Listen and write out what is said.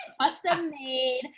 custom-made